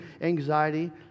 anxiety